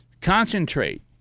Concentrate